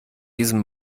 diesem